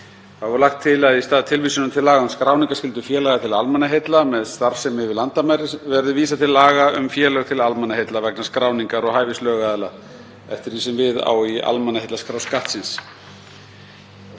Þá er lagt til að í stað tilvísunar til laga um skráningarskyldu félaga til almannaheilla með starfsemi yfir landamæri verði vísað til laga um félög til almannaheilla vegna skráningar og hæfis lögaðila eftir því sem við á í almannaheillaskrá Skattsins.